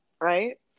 Right